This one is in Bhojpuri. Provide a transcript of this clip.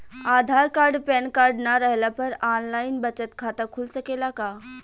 आधार कार्ड पेनकार्ड न रहला पर आन लाइन बचत खाता खुल सकेला का?